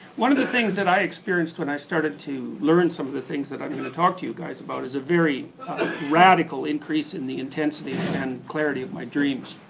one of the things that i experienced when i started to learn some of the things that i'm going to talk to you guys about is a very radical increase in the intensity and clarity of my dreams.